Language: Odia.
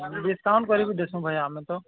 ଡିସକାଉଣ୍ଟ କରିକି ଦେସୁଁ ଭାଇ ଆମେ ତ